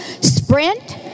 Sprint